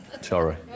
Sorry